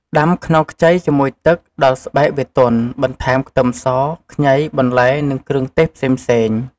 ដាំខ្នុរខ្ចីជាមួយទឹក ដល់ស្បែកវាទន់ បន្ថែមខ្ទឹមស ខ្ញី បន្លែ និងគ្រឿងទេសផ្សេងៗ។